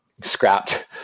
scrapped